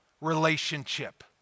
relationship